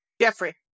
Jeffrey